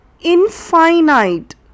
infinite